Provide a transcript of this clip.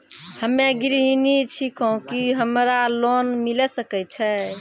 हम्मे गृहिणी छिकौं, की हमरा लोन मिले सकय छै?